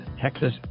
Texas